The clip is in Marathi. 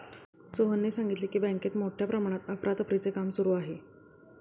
सोहनने सांगितले की, बँकेत मोठ्या प्रमाणात अफरातफरीचे काम सुरू आहे